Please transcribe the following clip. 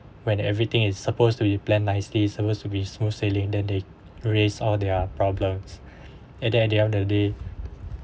when everything is supposed to be plan nicely supposed to be smooth sailing then they raised all their problems and then at the end of the day